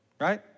right